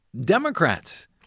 Democrats